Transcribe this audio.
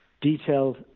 detailed